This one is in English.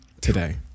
today